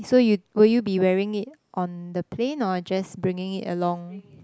so you will you be wearing it on the plane or just bringing it along